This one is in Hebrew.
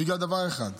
בגלל דבר אחד: